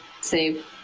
save